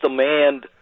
demand